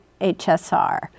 HSR